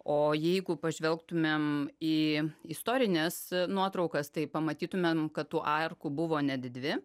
o jeigu pažvelgtumėm į istorines nuotraukas tai pamatytumėm kad tų arkų buvo net dvi